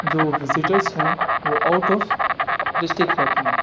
جو وزٹرس ہیں وہ آؤٹ آف ڈسٹک رہتے ہیں